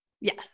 Yes